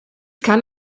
kann